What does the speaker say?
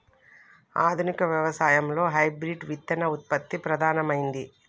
ఆధునిక వ్యవసాయం లో హైబ్రిడ్ విత్తన ఉత్పత్తి ప్రధానమైంది